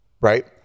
right